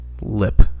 Lip